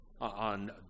on